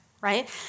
right